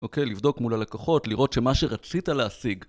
אוקיי, לבדוק מול הלקחות, לראות שמה שרצית להשיג